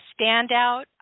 standout